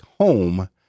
home